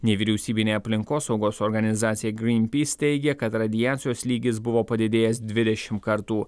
nevyriausybinė aplinkosaugos organizacija greenpeace teigia kad radiacijos lygis buvo padidėjęs dvidešimt kartų